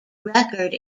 record